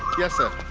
yes, sir.